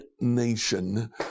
nation